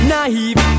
Naive